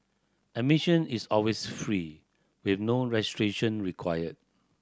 admission is always free with no registration required